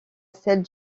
celles